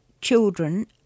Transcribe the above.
children